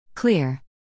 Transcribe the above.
clear